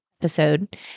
episode